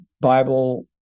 Bible